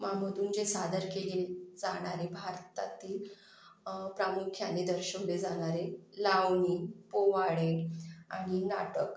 मांमधून जे सादर केले जाणारे भारतातील प्रामुख्याने दर्शवले जाणारे लावणी पोवाडे आणि नाटक